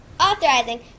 Authorizing